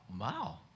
wow